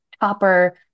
topper